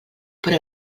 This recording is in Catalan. però